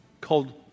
called